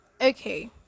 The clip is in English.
Okay